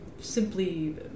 simply